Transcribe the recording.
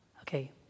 Okay